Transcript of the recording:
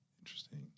Interesting